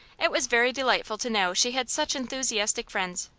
it was very delightful to know she had such enthusiastic friends.